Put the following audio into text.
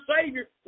Savior